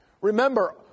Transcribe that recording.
Remember